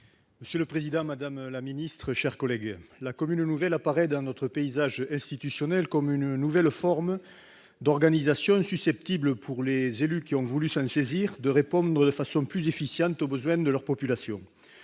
pour le groupe socialiste et républicain. La « commune nouvelle » apparaît dans notre paysage institutionnel comme une nouvelle forme d'organisation susceptible, pour les élus qui ont voulu s'en saisir, de répondre de façon plus efficiente aux besoins de leur population.